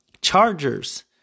Chargers